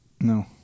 No